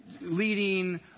leading